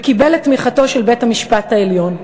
וקיבל את תמיכתו של בית-המשפט העליון.